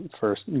first